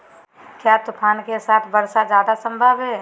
क्या तूफ़ान के साथ वर्षा जायदा संभव है?